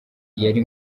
yari